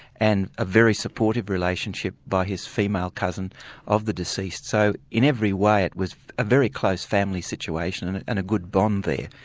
and a very supportive relationship by his female cousin of the deceased. so in every way it was a very close family situation and and a good bond there.